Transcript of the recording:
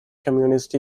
communist